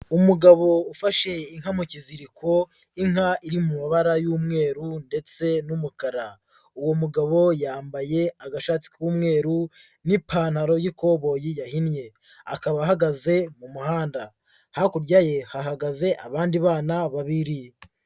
Umugabo ufashe inka mu kiziriko, inka iri mu mabara y'umweru ndetse n'umukara. Uwo mugabo yambaye agashati k'umweru n'ipantaro y'ikoboyi yahinnye. Akaba ahagaze mu muhanda, hakurya ye hahagaze abandi bana babiri.